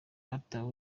batawe